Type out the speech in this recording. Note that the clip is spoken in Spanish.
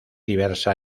diversa